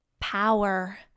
power